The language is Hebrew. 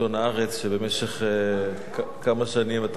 עיתון "הארץ", שבמשך כמה שנים, רק היום?